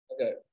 Okay